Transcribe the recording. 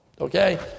Okay